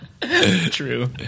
True